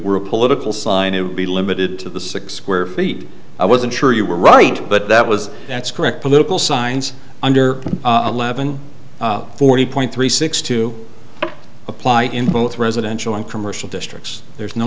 were a political sign it would be limited to the six square feet i wasn't sure you were right but that was that's correct political signs under eleven forty point three six to apply in both residential and commercial districts there is no